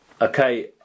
Okay